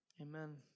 amen